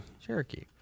Cherokee